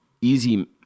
easy